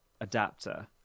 adapter